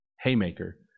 haymaker